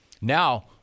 Now